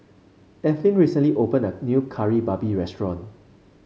Evelyn recently opened a new Kari Babi restaurant